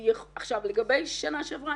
לגבי שנה שעברה.